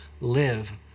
live